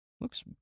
Looks